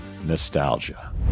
nostalgia